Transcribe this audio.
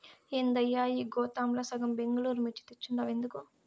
ఏందయ్యా ఈ గోతాంల సగం బెంగళూరు మిర్చి తెచ్చుండావు ఎందుకు